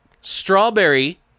strawberry